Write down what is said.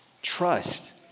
Trust